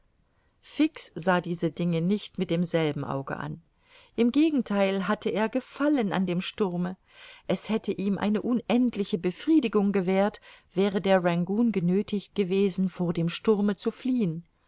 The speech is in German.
fix sah diese dinge nicht mit demselben auge an im gegentheil hatte er gefallen an dem sturme es hätte ihm eine unendliche befriedigung gewährt wäre der rangoon genöthigt gewesen vor dem sturme zu fliehen